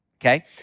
okay